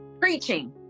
preaching